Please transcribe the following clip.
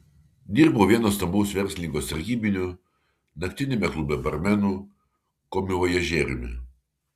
dirbau vieno stambaus verslininko sargybiniu naktiniame klube barmenu komivojažieriumi